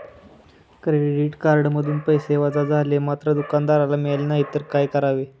Credit कार्डमधून पैसे वजा झाले मात्र दुकानदाराला मिळाले नाहीत तर काय करावे?